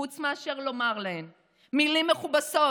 חוץ מאשר לומר להם מילים מכובסות,